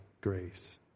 grace